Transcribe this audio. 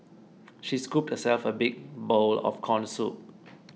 she scooped herself a big bowl of Corn Soup